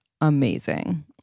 amazing